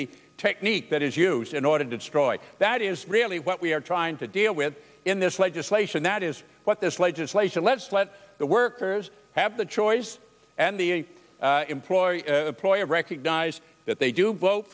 the technique that is used in order to destroy that is really what we are trying to deal with in this legislation that is what this legislation let's let the workers have the choice and the employer ploy recognize that they do both